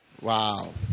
Wow